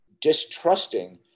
distrusting